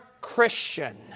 Christian